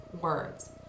words